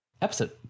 episode